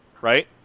right